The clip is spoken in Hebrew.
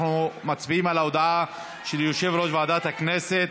אנחנו מצביעים על ההודעה של יושב-ראש ועדת הכנסת.